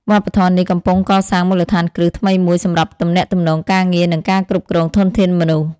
វប្បធម៌នេះកំពុងកសាងមូលដ្ឋានគ្រឹះថ្មីមួយសម្រាប់ទំនាក់ទំនងការងារ និងការគ្រប់គ្រងធនធានមនុស្ស។